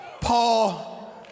Paul